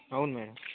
అవును మేడం